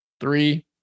three